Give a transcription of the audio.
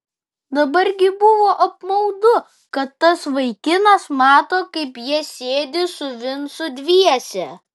dabar gi buvo apmaudu kad tas vaikinas mato kaip jie sėdi su vincu dviese